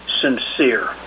sincere